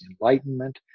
enlightenment